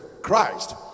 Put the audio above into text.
Christ